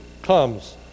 comes